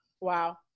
Wow